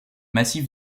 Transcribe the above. massif